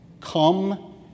come